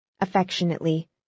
Affectionately